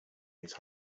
these